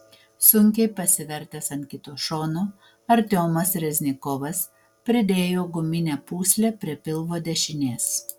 sunkiai pasivertęs ant kito šono artiomas reznikovas pridėjo guminę pūslę prie pilvo dešinės